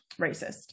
racist